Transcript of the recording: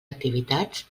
activitats